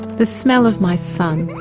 the smell of my son,